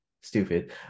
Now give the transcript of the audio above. stupid